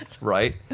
right